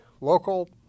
local